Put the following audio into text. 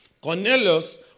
Cornelius